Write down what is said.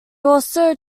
also